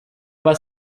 bat